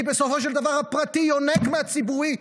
כי בסופו של דבר הפרטי יונק מהציבורי,